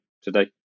today